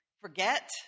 forget